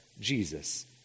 Jesus